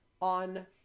on